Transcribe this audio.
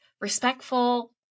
respectful